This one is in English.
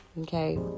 okay